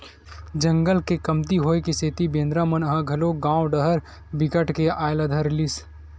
जंगल के कमती होए के सेती बेंदरा मन ह घलोक गाँव डाहर बिकट के आये ल धर लिस